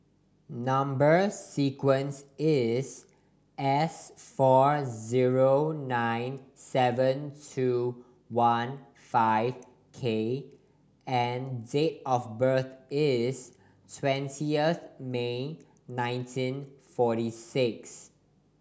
number sequence is S four zero nine seven two one five K and date of birth is twentieth May nineteen forty six